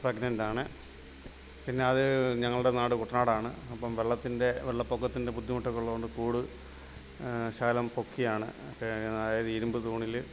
പ്രെഗ്നൻ്റാണ് പിന്നെ അത് ഞങ്ങളുടെ നാട് കുട്ടനാടാണ് അപ്പം വെള്ളത്തിൻ്റെ വെള്ളപ്പൊക്കത്തിൻ്റെ ബുദ്ധിമുട്ടൊക്കെ ഉള്ളതുകൊണ്ട് കൂട് ശകലം പൊക്കിയാണ് കെട്ടിയിരിക്കുന്നത് അതായത് ഇരുമ്പു തൂണിൽ